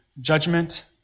judgment